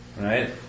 right